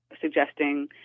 suggesting